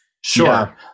Sure